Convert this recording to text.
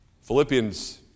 Philippians